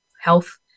health